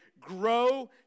grow